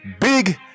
big